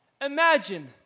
Imagine